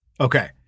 Okay